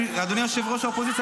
אדוני ראש האופוזיציה,